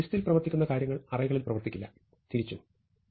ലിസ്റ്റിൽ പ്രവർത്തിക്കുന്ന കാര്യങ്ങൾ അറേകളിൽ പ്രവർത്തിക്കില്ല തിരിച്ചും